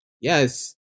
Yes